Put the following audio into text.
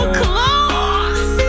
close